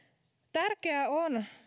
tärkeää on